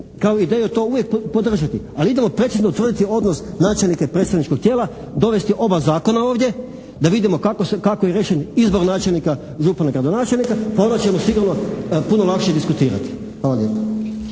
se./ … uvijek podržati, ali idemo precizno utvrditi odnos načelnika i predstavničkog tijela, dovesti oba zakona ovdje da vidimo kako je riješen izbor načelnika, župana i gradonačelnika pa onda ćemo sigurno puno lakše diskutirati.